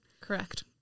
Correct